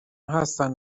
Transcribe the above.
هستن